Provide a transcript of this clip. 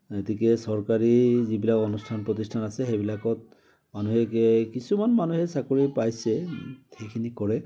গতিকে চৰকাৰী যিবিলাক অনুষ্ঠান প্ৰতিষ্ঠান আছে সেইবিলাকত মানুহে কিছুমান মানুহে চাকৰি পাইছে সেইখিনি কৰে